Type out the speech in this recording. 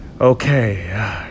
Okay